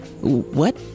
What